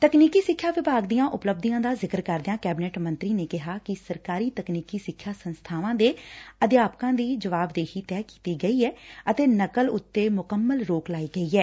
ਤਕਨੀਕੀ ਸਿੱਖਿਆ ਵਿਭਾਗ ਦੀਆਂ ਉਪਲਬਧੀਆ ਦਾ ਜ਼ਿਕਰ ਕਰਦਿਆ ਕੈਬਨਿਟ ਮੰਤਰੀ ਨੇ ਕਿਹਾ ਕਿ ਸਰਕਾਰੀ ਤਕਨੀਕੀ ਸਿੱਖਿਆ ਸੰਸਬਾਵਾਂ ਦੇ ਅਧਿਆਪਕਾਂ ਦੀ ਜਵਾਬਦੇਹੀ ਤੈਅ ਕੀਤੀ ਗਈ ਐ ਅਤੇ ਨਕਲ ਉਤੇ ਮੁਕੰਮਲ ਰੋਕ ਲਾਈ ਗਈ ਐ